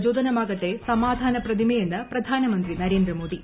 പ്രചോദനമാകട്ടെ സമാധാനപ്രതിമയെന്ന് പ്രധാനമന്ത്രി നരേന്ദ്രമോദി